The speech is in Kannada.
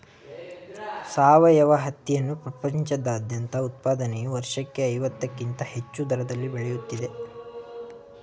ಸಾವಯವ ಹತ್ತಿಯನ್ನು ಪ್ರಪಂಚದಾದ್ಯಂತ ಉತ್ಪಾದನೆಯು ವರ್ಷಕ್ಕೆ ಐವತ್ತಕ್ಕಿಂತ ಹೆಚ್ಚು ದರದಲ್ಲಿ ಬೆಳೆಯುತ್ತಿದೆ